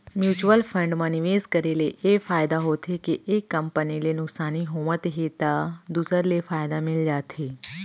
mutual fund म निवेस करे ले ए फायदा होथे के एक कंपनी ले नुकसानी होवत हे त दूसर ले फायदा मिल जाथे